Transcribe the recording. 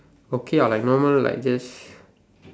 okay lah like normal like just